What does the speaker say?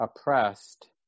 oppressed